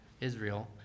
Israel